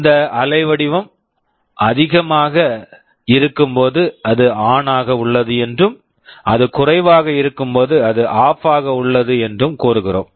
இந்த அலைவடிவம் அதிகமாக இருக்கும்போது அது ஆன் ON ஆக உள்ளது என்றும் அது குறைவாக இருக்கும்போது அது ஆஃப் OFF ஆக உள்ளது என்றும் கூறுகிறோம்